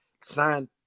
sign